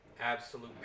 absolute